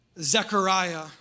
Zechariah